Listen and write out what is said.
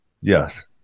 Yes